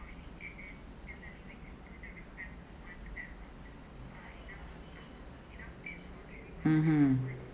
mmhmm